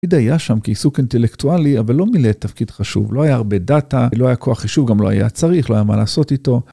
תמיד היה שם כעיסוק אינטלקטואלי אבל לא מילא תפקיד חשוב, לא היה הרבה דאטה, לא היה כוח חישוב, גם לא היה צריך, לא היה מה לעשות איתו.